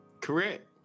Correct